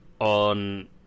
on